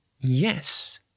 Yes